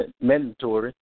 mandatory